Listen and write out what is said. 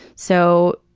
so,